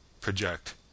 project